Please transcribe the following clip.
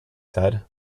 said